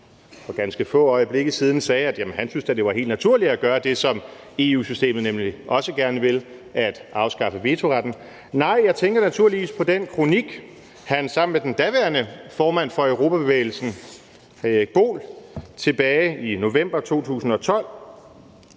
for ganske få øjeblikke siden sagde, at han da synes, at det var helt naturligt at gøre det, som EU-systemet nemlig også gerne vil; afskaffe vetoretten. Nej, jeg tænker naturligvis på den kronik, han sammen med den daværende formand for Europabevægelsen, Erik Boel, tilbage i november 2012